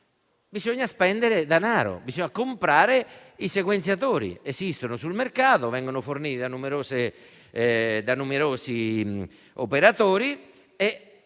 Bisogna però spendere denaro e comprare i sequenziatori, che esistono sul mercato e vengono forniti da numerosi operatori.